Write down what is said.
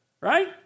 Right